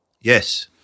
Yes